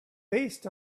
based